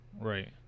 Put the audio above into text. Right